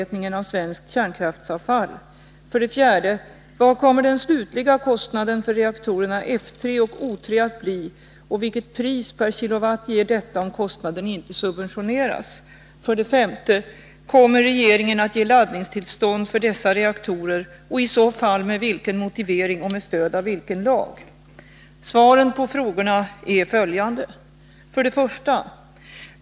Vad kommer den slutliga kostnaden för reaktorerna F 3 och O 3 att bli, och vilket pris per kilowatt ger detta om kostnaden inte subventioneras? 5. Kommer regeringen att ge laddningstillstånd för dessa reaktorer, och i så fall med vilken motivering och med stöd av vilken lag? Svaren på frågorna är följande: 1.